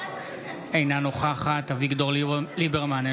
אינה נוכחת אביגדור ליברמן,